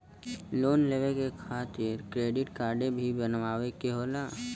Loan लेवे खातिर credit काडे भी बनवावे के होला?